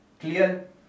Clear